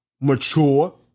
mature